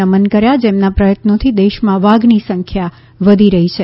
નમન કર્યા જેમના પ્રયત્નોથી દેશમાં વાઘની સંખ્યા વધી રહી છે